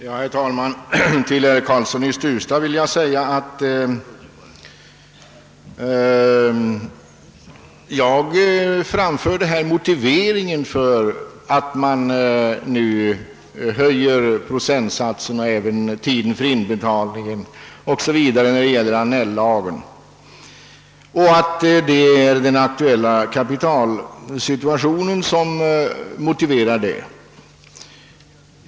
Herr talman! Till herr Karlsson i Huddinge vill jag erinra att jag åberopade den aktuella kapitalsituationen som motiv för att man nu höjer procentsatserna och även förlänger inbetalningstiden när det gäller Annell-lagen.